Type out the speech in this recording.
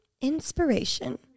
inspiration